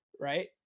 right